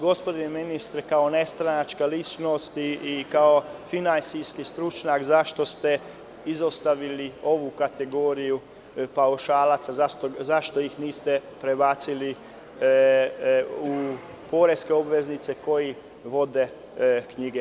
Gospodine ministre, kao nestranačka ličnost i kao finansijski stručnjak, zašto ste izostavili ovu kategoriju paušalaca, zašto ih niste prebacili u poreske obveznike koji vode knjige?